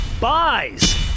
buys